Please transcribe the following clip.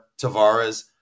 Tavares